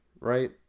right